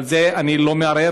על זה אני לא מערער,